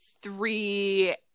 three